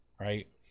Right